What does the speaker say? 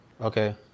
Okay